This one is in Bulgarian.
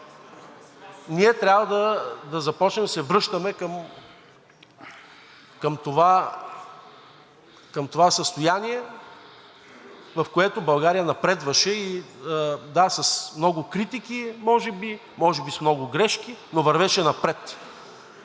ние трябва да започнем да се връщаме към това състояние, в което България напредваше – да, с много критики може би, може би с много грешки, но вървеше напред.